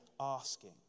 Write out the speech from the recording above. asking